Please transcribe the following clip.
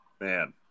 Man